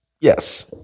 yes